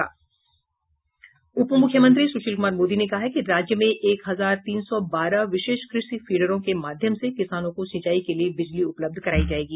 उप मुख्यमंत्री सुशील कुमार मोदी ने कहा कि राज्य में एक हजार तीन सौ बारह विशेष कृषि फिडर के माध्यम से किसानों को सिंचाई के लिए बिजली उपलब्ध करायी जायेगी